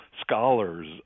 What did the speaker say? scholars